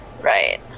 Right